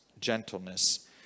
gentleness